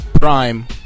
Prime